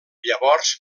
llavors